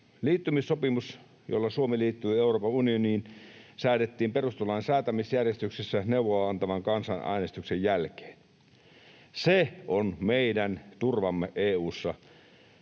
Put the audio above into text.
Liittymissopimus, jolla Suomi liittyi Euroopan unioniin, säädettiin perustuslain säätämisjärjestyksessä neuvoa-antavan kansanäänestyksen jälkeen. Se on meidän turvamme EU:ssa.